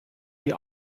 die